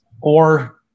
Or-